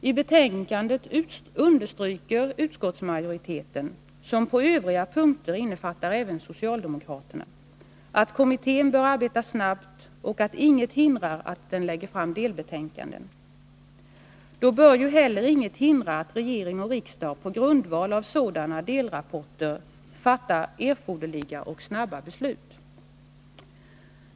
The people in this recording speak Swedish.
I betänkandet understryker utskottsmajoriteten — som på övriga punkter innefattar även socialdemokraterna — att kommittén bör arbeta snabbt, och inget hindrar att den lägger fram delbetänkanden. Då bör ju heller inget hindra att regering och riksdag på grundval av sådana delrapporter fattar erforderliga och snabba beslut.